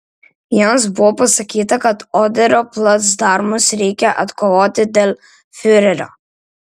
jiems buvo pasakyta kad oderio placdarmus reikia atkovoti dėl fiurerio